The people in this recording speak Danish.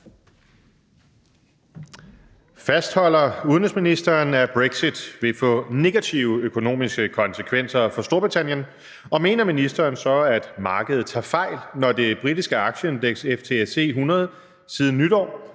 Fastholder udenrigsministeren, at brexit vil få negative økonomiske konsekvenser for Storbritannien, og mener ministeren så, at markedet tager fejl, når det britiske aktieindex FTSE100 siden nytår,